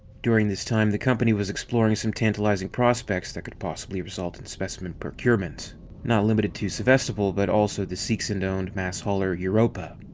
during this time, the company was exploring some tantalizing prospects that could possibly result in specimen procurement not limited to sevestopol, but also the seegson-owned mass hauler europa.